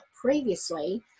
previously